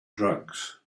drugs